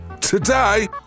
Today